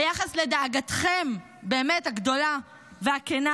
ביחס לדאגתכם באמת הגדולה והכנה